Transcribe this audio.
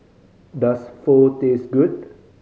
does Pho taste good